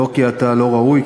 לא כי אתה לא ראוי,